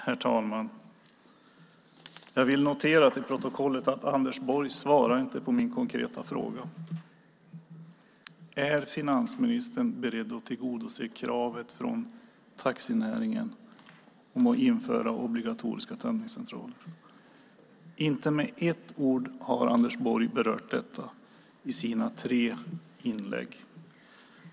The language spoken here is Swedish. Herr talman! Jag vill notera till protokollet att Anders Borg inte svarar på min konkreta fråga: Är finansministern beredd att tillgodose kravet från taxinäringen om att införa obligatoriska tömningscentraler? Inte med ett ord har Anders Borg berört detta i sina tre inlägg.